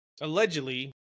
Allegedly